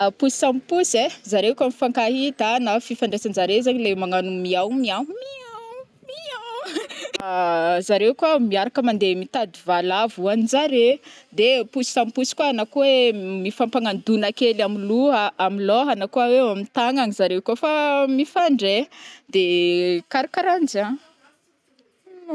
A posy samy posy ai zare koa mifankahita na fifandresanjare zegny le manao miao miao, miao miao zareo koa miaraka mandeha mitady valavo ohagninjare de posy samy posy koa na koa oe mifampagnano donakely ami loha - amiloha- na koa oe amintagnana zare koa fa mifandray de karakaranjaigny.